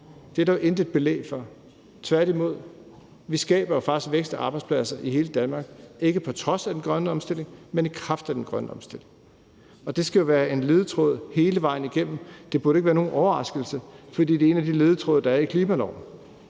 Det er der intet belæg for. Tværtimod skaber vi faktisk vækst og arbejdspladser i hele Danmark, ikke på trods af den grønne omstilling, men i kraft af den grønne omstilling, og det skal være en ledetråd hele vejen igennem. Det burde ikke være nogen overraskelse, for det er en af de ledetråde, der er i klimaloven.